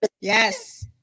Yes